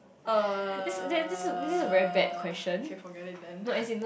uh okay forget it then